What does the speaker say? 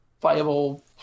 viable